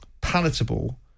palatable